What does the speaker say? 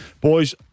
Boys